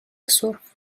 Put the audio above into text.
سرخ